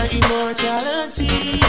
immortality